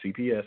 CPS